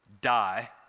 Die